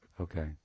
Okay